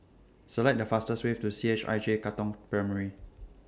Select The fastest Way to C H I J Katong Primary